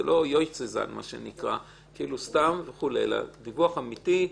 זה לא סתם, אלא דיווח אמיתי.